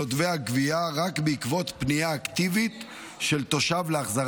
של אזרחים בגין גבייה עודפת של ארנונה אשר מחויבות להחזיר